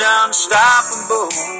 unstoppable